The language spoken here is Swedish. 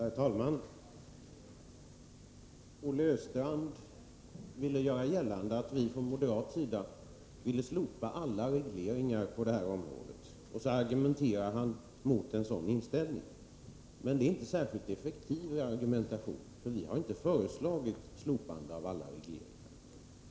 Herr talman! Olle Östrand ville göra gällande att vi moderater vill slopa alla regleringar på detta område, och han argumenterar mot en sådan inställning. Men det är inte en särskilt effektiv argumentation, för vi har inte föreslagit slopande av alla regleringar.